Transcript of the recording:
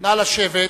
נא לשבת.